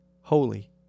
holy